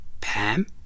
Pam